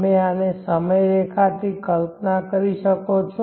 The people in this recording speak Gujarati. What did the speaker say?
તમે આને સમયરેખાથી કલ્પના કરી શકો છો